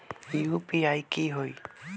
UPI की होई?